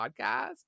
podcast